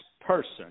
person